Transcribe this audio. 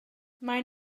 maen